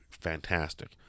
Fantastic